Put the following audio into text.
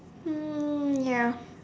um ya